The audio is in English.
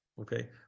okay